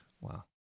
Wow